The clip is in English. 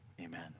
amen